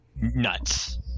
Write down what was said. nuts